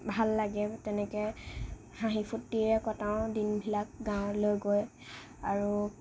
ভাল লাগে তেনেকৈ হাঁহি ফূৰ্তিৰে কটাওঁ দিনবিলাক গাঁৱলৈ গৈ আৰু